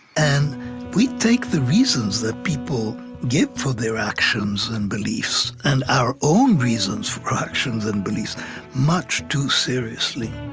and we take the reasons that people give for their actions and beliefs and our own reasons for our actions and beliefs much too seriously